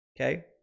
Okay